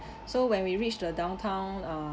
so when we reach the downtown uh